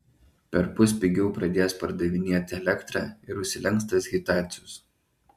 perpus pigiau pradės pardavinėti elektrą ir užsilenks tas hitacius